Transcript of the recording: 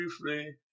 briefly